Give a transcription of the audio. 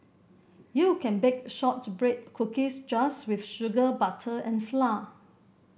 you can bake shortbread cookies just with sugar butter and flour